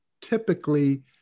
typically